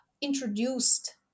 introduced